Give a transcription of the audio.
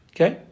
Okay